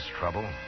trouble